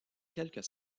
quelques